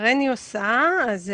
הריני עושה.